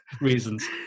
reasons